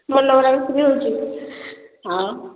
ଭଲ ବରା ବିକ୍ରି ହେଉଛି ଆଉ